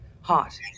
Hot